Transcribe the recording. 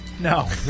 No